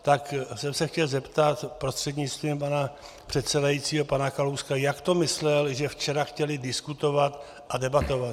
Tak jsem se chtěl zeptat prostřednictvím pana předsedajícího pana Kalouska, jak to myslel, že včera chtěli diskutovat a debatovat.